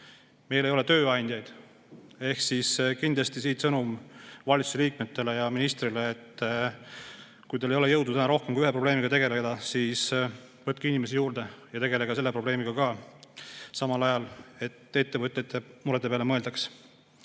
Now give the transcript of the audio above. meil ei ole tööandjaid. Ehk kindlasti siit sõnum valitsuse liikmetele ja ministrile: kui teil ei ole jõudu rohkem kui ühe probleemiga tegeleda, siis võtke inimesi juurde ja tegelege samal ajal ka sellega, et ettevõtjate murede peale mõeldaks.